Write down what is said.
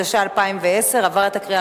התשע"א 2010,